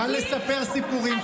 קל לספר סיפורים,